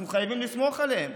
אנחנו חייבים לסמוך עליהם.